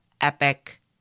epic